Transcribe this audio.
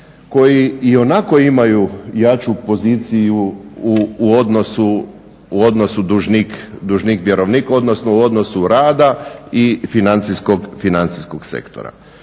koji i onako imaju jaču poziciju u odnosu dužnik-vjerovnik odnosno u odnosu rada i financijskog sektora.